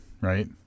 right